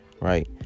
right